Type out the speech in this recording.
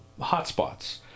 hotspots